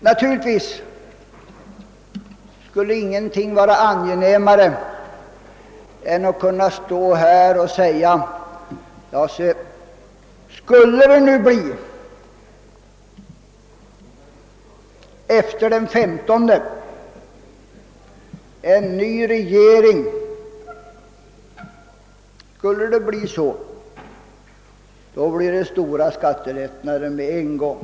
Naturligtvis skulle ingenting vara angenämare än att kunna stå här och säga: Skulle vi efter valet få en ny regering, blir det stora skattelättnader med en gång.